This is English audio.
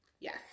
Yes